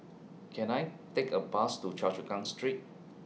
Can I Take A Bus to Choa Chu Kang Street